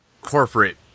corporate